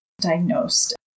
diagnosed